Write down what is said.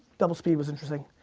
double speed was interesting.